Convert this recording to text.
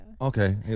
Okay